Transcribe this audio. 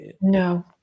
No